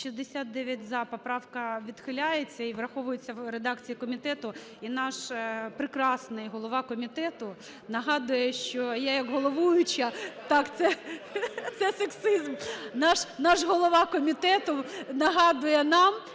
За-69 Поправка відхиляється і враховується в редакції комітету. І наш прекрасний голова комітету нагадує, що я як головуюча… Так, це сексизм. Наш голова комітету нагадує нам,